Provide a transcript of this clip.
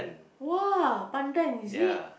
!wah! Pandan is it